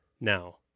Now